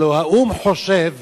הלוא האו"ם חושב